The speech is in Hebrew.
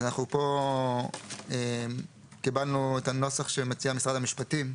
פה קיבלנו את הנוסח שהציע משרד המשפטים.